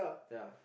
ya